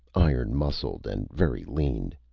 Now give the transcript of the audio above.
iron-muscled and very lean,